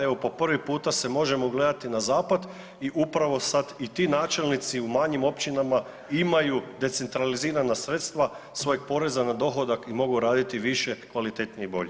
Evo po prvi puta se možemo ogledati na zapad i upravo sad i ti načelnici u manjim općinama imaju decentralizirana sredstva svojih poreza na dohodak i mogu raditi više, kvalitetnije i bolje.